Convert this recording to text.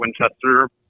Winchester